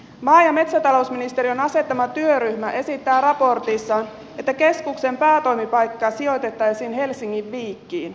maa ja metsätalousministeriön asettama työryhmä esittää raportissaan että keskuksen päätoimipaikka sijoitettaisiin helsingin viikkiin